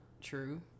true